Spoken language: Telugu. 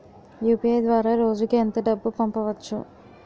యు.పి.ఐ ద్వారా రోజుకి ఎంత డబ్బు పంపవచ్చు?